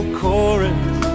chorus